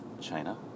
China